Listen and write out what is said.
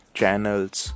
channels